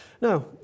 Now